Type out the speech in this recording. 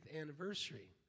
anniversary